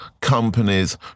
companies